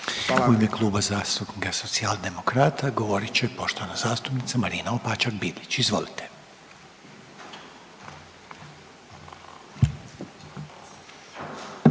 U ime Kluba zastupnika Socijaldemokrata govorit će poštovana zastupnica Marina Opačak-Bilić. Izvolite.